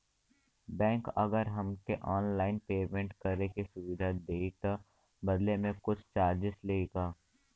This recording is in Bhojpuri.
बैंक अगर हमके ऑनलाइन पेयमेंट करे के सुविधा देही त बदले में कुछ चार्जेस लेही का?